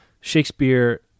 Shakespeare